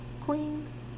queens